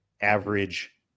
average